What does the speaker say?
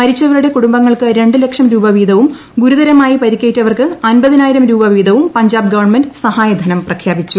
മരിച്ചവരുടെകുടുംബങ്ങൾക്ക് രണ്ട് ലക്ഷംരൂപ വീതവുംഗുരുതരമായി പരിക്കേറ്റവർക്ക് അൻപതിനായിരംരൂപ വീതവുംപഞ്ചാബ്ഗവൺമെന്റ്സഹായധനം പ്രഖ്യാപിച്ചു